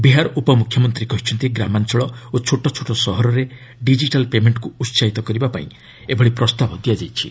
ବିହାର ଉପମୁଖ୍ୟମନ୍ତ୍ରୀ କହିଛନ୍ତି ଗ୍ରାମାଞ୍ଚଳ ଓ ଛୋଟ ଛୋଟ ସହରରେ ଡିଜିଟାଲ୍ ପେମେଣ୍ଟକ୍ ଉହାହିତ କରିବାପାଇଁ ଏଭଳି ପ୍ରସ୍ତାବ ଦିଆଯାଇଛି